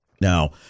Now